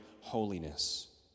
holiness